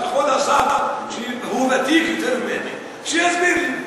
כבוד השר, שהוא ותיק יותר ממני, שיסביר לי.